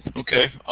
okay.